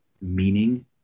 meaning